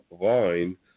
line